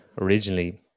originally